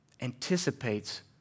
anticipates